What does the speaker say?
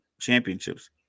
championships